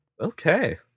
Okay